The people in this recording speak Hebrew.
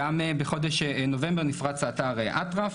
גם בחודש נובמבר נפרץ האתר אטרף,